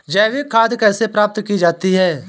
जैविक खाद कैसे प्राप्त की जाती है?